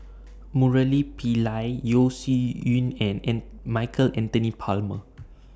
Murali Pillai Yeo Shih Yun and An Michael Anthony Palmer